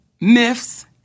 myths